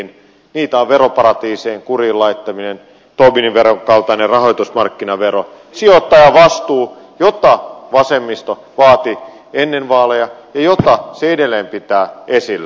niitä on veroparatiisien kuriin laittaminen tobinin veron kaltainen rahoitusmarkkinavero sijoittajan vastuu jota vasemmisto vaati ennen vaaleja ja jota se edelleen pitää esillä